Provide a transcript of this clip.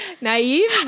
naive